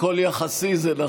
הכול יחסי.